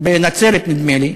לפני כמה שנים, בנצרת, נדמה לי,